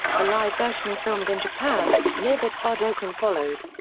a live version filmed in japan, live at budokan followed.